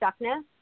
stuckness